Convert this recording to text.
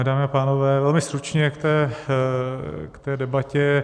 Dámy a pánové, velmi stručně k té debatě.